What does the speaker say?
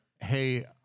hey